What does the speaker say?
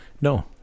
No